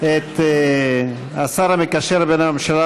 תהיה נשמתו צרורה בצרור החיים.